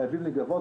חייבים להיגבות.